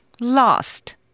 Lost